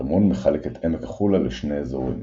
קרמון מחלק את עמק החולה לשני אזורים